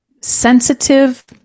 sensitive